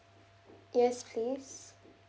yes please